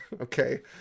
Okay